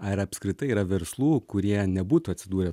ar apskritai yra verslų kurie nebūtų atsidūrę